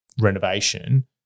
renovation